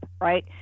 right